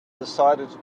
decided